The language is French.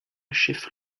chef